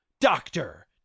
Doctor